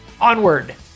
Onward